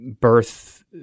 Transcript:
birth